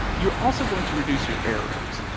you're also going to reduce your errors.